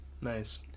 Nice